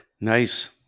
Nice